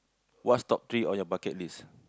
what's top three on your bucket list